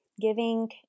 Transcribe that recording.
giving